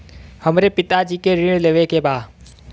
हमरे पिता जी के ऋण लेवे के बा?